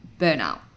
burnout